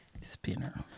Spinner